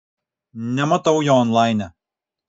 nematau jo onlaine